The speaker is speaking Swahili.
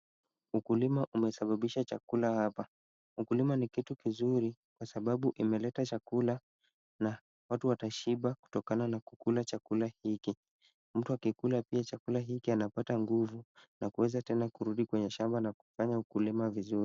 Ukulima umesababisha chakula hapa. Ukulima ni kitu kizuri, kwa sababu imeleta chakula na watu watashiba kutokana na kukula chakula hiki. Mtu akikula pia chakula hiki anapata nguvu, na kuweza tena kurudi kwenye shamba na kufanya ukulima vizuri.